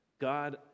God